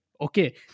Okay